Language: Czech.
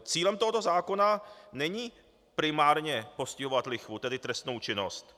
Cílem tohoto zákona není primárně postihovat lichvu, tedy trestnou činnost.